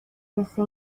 مثل